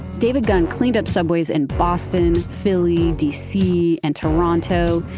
david gunn cleaned up subways in boston, philly, dc and toronto.